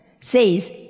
says